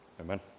amen